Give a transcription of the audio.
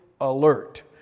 alert